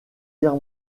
guerre